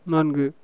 நான்கு